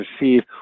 receive